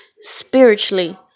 spiritually